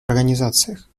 организациях